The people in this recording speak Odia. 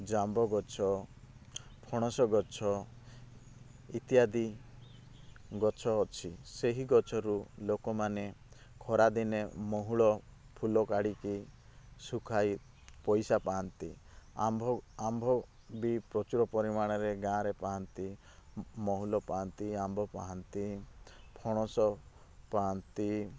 ଜାମ୍ବ ଗଛ ପଣସ ଗଛ ଇତ୍ୟାଦି ଗଛ ଅଛି ସେହି ଗଛ ରୁ ଲୋକମାନେ ଖରାଦିନେ ମହୁଳ ଫୁଲ କାଢ଼ିକି ଶୁଖାଇ ପଇସା ପାଆନ୍ତି ଆମ୍ଭ ଆମ୍ଭ ବି ପ୍ରଚୁର ପରିମାଣ ରେ ଗାଁ ରେ ପାଆନ୍ତି ମହୁଲ ପାଆନ୍ତି ଆମ୍ବ ପାହାନ୍ତି ଫଣସ ପାଆନ୍ତି